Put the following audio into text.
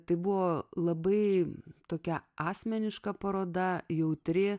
tai buvo labai tokia asmeniška paroda jautri